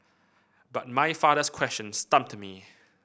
but my father's question stumped me